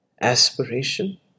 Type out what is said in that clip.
Aspiration